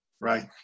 Right